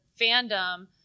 fandom